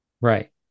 Right